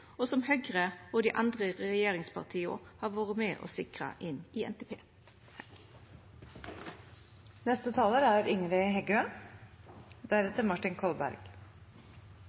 og som Høgre og dei andre regjeringspartia har vore med på å sikra inn i